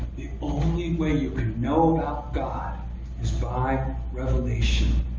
the only way you can know about god is by revelation.